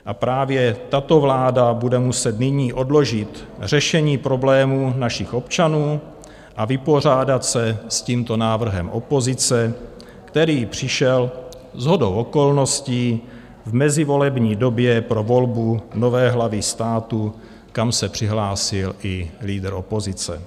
A právě tato vláda bude muset nyní odložit řešení problémů našich občanů a vypořádat se s tímto návrhem opozice, který přišel shodou okolností v mezivolební době pro volbu nové hlavy státu, kam se přihlásil i lídr opozice.